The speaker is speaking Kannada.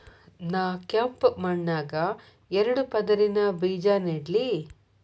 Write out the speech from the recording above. ನಾ ಕೆಂಪ್ ಮಣ್ಣಾಗ ಎರಡು ಪದರಿನ ಬೇಜಾ ನೆಡ್ಲಿ?